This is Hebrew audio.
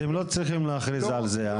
הם לא צריכים להכריז על זה.